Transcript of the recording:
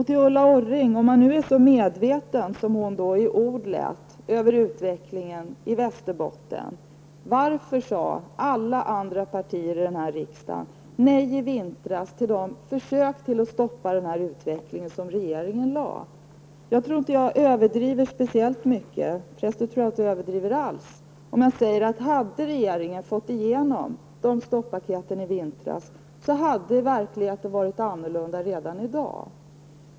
Till Ulla Orring: Om man nu är så medveten som hon i ord lät om utvecklingen i Västerbotten, varför sade alla andra partier här i riksdagen nej i vintras till regeringens försök att stoppa utvecklingen? Jag tror inte att jag överdriver speciellt mycket -- för resten tror jag inte att jag överdriver alls -- om jag säger att hade vi fått igenom regeringens stoppaket i vintras, hade verkligheten varit annorlunda redan i dag.